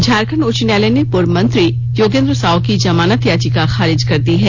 झारखंड उच्च न्यायालय ने पूर्व मंत्री योगेंद्र साव की जमानत याचिका खारिज कर दी है